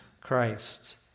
Christ